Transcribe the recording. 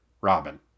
Robin